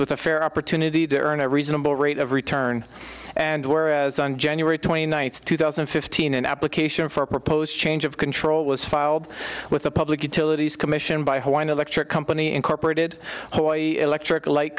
with a fair opportunity to earn a reasonable rate of return and where as on january twenty ninth two thousand and fifteen an application for a proposed change of control was filed with the public utilities commission by hawaiian electric company incorporated oyo electric light